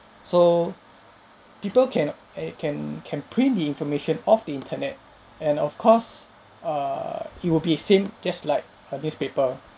so people can eh can can print the information off the internet and of course err it will be same just like a newspaper